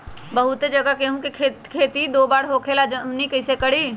बहुत जगह गेंहू के खेती दो बार होखेला हमनी कैसे करी?